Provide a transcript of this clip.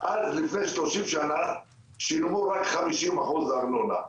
עד לפני 30 שנה שילמו רק 50% ארנונה.